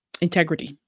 integrity